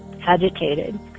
agitated